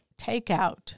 Takeout